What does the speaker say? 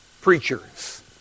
preachers